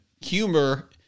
humor